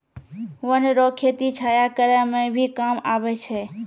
वन रो खेती छाया करै मे भी काम आबै छै